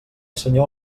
senyor